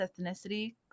ethnicity